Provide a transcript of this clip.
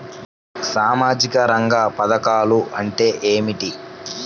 సామాజిక రంగ పధకాలు అంటే ఏమిటీ?